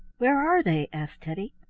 where are they? asked teddy.